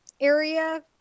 area